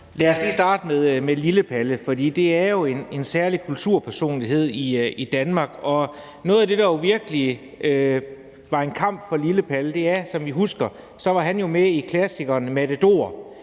Lad os lige starte med Lille Palle, for det var jo en særlig kulturpersonlighed i Danmark. Og noget af det, der jo virkelig var en kamp for Lille Palle, var – som I husker, var han jo med i klassikeren »Matador«,